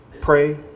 Pray